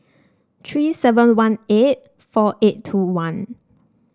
three seven one eight four eight two one